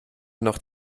noch